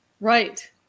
Right